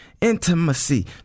Intimacy